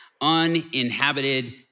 uninhabited